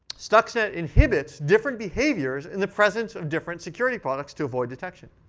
stuxnet inhibits different behaviors in the presence of different security products to avoid detection.